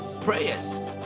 prayers